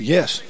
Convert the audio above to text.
Yes